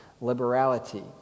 liberality